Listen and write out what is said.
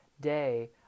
day